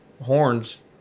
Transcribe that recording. horns